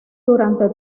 durante